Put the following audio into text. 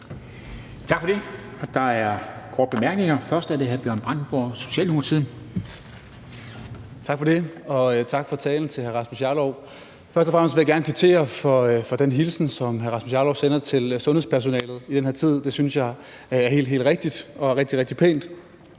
Tak for det. Der er korte bemærkninger. Først er det hr. Bjørn Brandenborg, Socialdemokratiet. Kl. 14:18 Bjørn Brandenborg (S): Tak for det, og tak for talen til hr. Rasmus Jarlov. Først og fremmest vil jeg gerne kvittere for den hilsen, som hr. Rasmus Jarlov sender til sundhedspersonalet i den her tid. Det synes jeg er helt, helt rigtigt og rigtig,